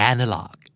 Analog